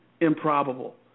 improbable